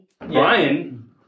Brian